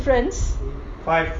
so there is a difference